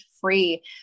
free